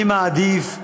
עדיף מלהיות,